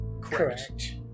Correct